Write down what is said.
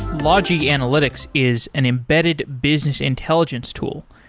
logi analytics is an embedded business intelligence tool.